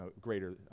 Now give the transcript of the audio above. greater